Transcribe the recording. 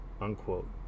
unquote